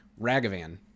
Ragavan